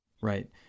Right